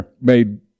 made